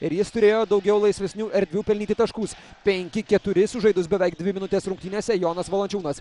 ir jis turėjo daugiau laisvesnių erdvių pelnyti taškus penki keturi sužaidus beveik dvi minutes rungtynėse jonas valančiūnas